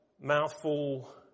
mouthful